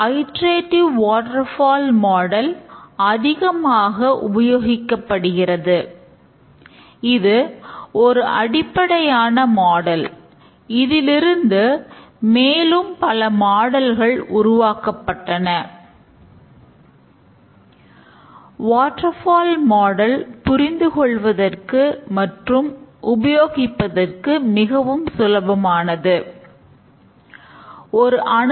iterative water fall model இதிலிருந்து மேலும் பல மாடல்கள் உருவாக்கப்பட்டன